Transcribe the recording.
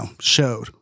showed